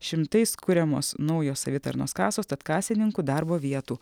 šimtais kuriamos naujos savitarnos kasos tad kasininkų darbo vietų